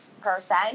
person